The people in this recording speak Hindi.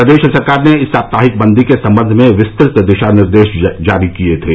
प्रदेश सरकार ने इस सप्ताह साप्ताहिक बन्दी के सम्बंध में विस्तृत दिशा निर्देश जारी किए थे